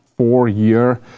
four-year